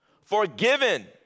forgiven